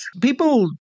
People